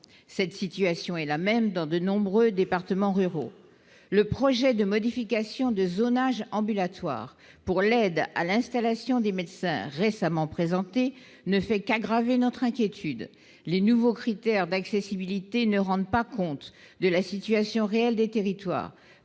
cette situation est la même dans de nombreux départements ruraux, le projet de modification de zonage ambulatoire pour l'aide à l'installation des médecins récemment présenté, ne fait qu'aggraver notre inquiétude : les nouveaux critères d'accessibilité ne rendent pas compte de la situation réelle des territoires